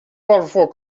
parfois